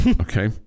Okay